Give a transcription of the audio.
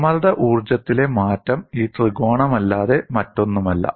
സമ്മർദ്ദ ഊർജ്ജത്തിലെ മാറ്റം ഈ ത്രികോണമല്ലാതെ മറ്റൊന്നുമല്ല